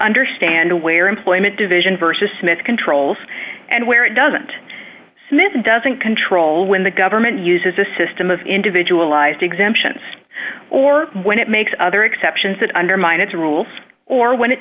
understand where employment division versus smith controls and where it doesn't seem it doesn't control when the government uses a system of individualized exemptions or when it makes other exceptions that undermine its rules or when it